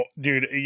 Dude